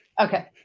Okay